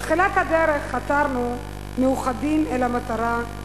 בתחילת הדרך חתרנו מאוחדים אל המטרה,